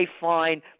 fine